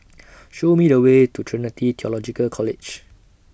Show Me The Way to Trinity Theological College